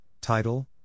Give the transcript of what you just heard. title